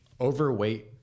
overweight